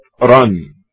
run